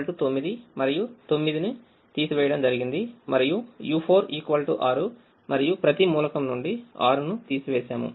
u39 మరియు 9 ను తీసివేయడం జరిగింది మరియు u46 మరియు ప్రతి మూలకం నుండి 6 ను తీసివేసాము